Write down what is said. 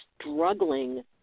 struggling